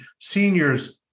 seniors